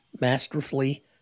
masterfully